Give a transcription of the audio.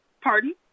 Pardon